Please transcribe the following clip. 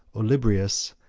olybrius,